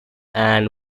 and